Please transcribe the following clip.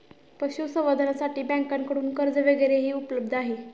पशुसंवर्धनासाठी बँकांकडून कर्ज वगैरेही उपलब्ध आहे